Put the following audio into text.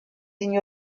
lignes